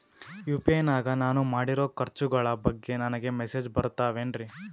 UPI ನಾಗ ನಾನು ಮಾಡಿರೋ ಖರ್ಚುಗಳ ಬಗ್ಗೆ ನನಗೆ ಮೆಸೇಜ್ ಬರುತ್ತಾವೇನ್ರಿ?